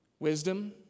Wisdom